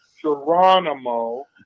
Geronimo